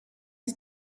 ist